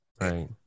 Right